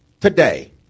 today